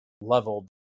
leveled